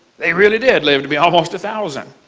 they really did live to be almost a thousand.